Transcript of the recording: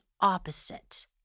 opposite